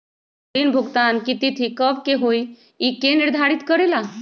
ऋण भुगतान की तिथि कव के होई इ के निर्धारित करेला?